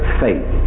faith